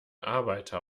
arbeiter